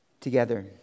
together